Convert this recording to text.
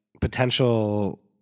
potential